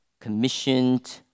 commissioned